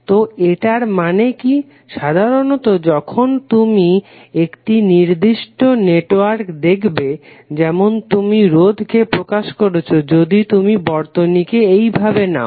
তো এটার মানে কি সাধারণত যখন তুমি একটি নির্দিষ্ট নেটওয়ার্ক দেখবে যেমন তুমি রোধ কে প্রকাশ করছো যদি তুমি বর্তনীকে এইভাবে নাও